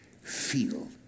feel